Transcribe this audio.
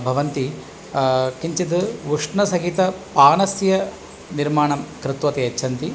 भवन्ति किञ्चित् उष्णसहितं पानस्य निर्माणं कृत्वा ते यच्छन्ति